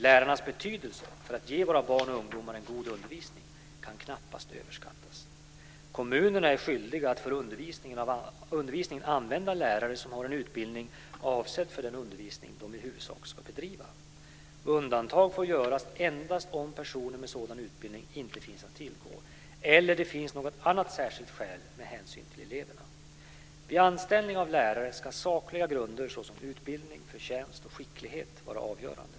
Lärarnas betydelse för att ge våra barn och ungdomar en god undervisning kan knappast överskattas. Kommunerna är skyldiga att för undervisningen använda lärare som har en utbildning avsedd för den undervisning de i huvudsak ska bedriva. Undantag får göras endast om personer med sådan utbildning inte finns att tillgå eller om det finns något annat särskilt skäl med hänsyn till eleverna. Vid anställning av lärare ska sakliga grunder såsom utbildning, förtjänst och skicklighet vara avgörande.